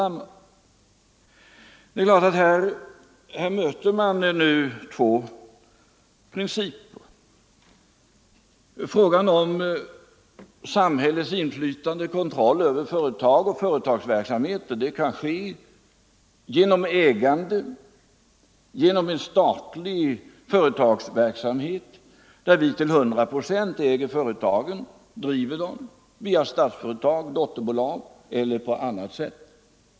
Man kan naturligtvis vid utövandet av samhällets inflytande och kontroll över företag och företagsverksamhet följa två olika principiella linjer. Det kan bl.a. ske genom ägande, dvs. genom en statlig företagsverksamhet där vi till hundra procent äger företagen och driver dem via Statsföretag, som dotterbolag eller på annat sätt.